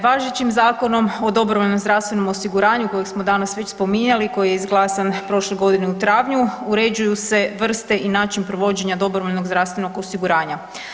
Važećim zakonom o dobrovoljnom zdravstvenom osiguranju kojeg smo danas već spominjali i koji je izglasan prošle godine u travnju uređuju se vrste i način provođenja dobrovoljnog zdravstvenog osiguranja.